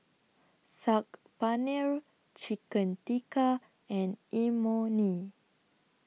Saag Paneer Chicken Tikka and Imoni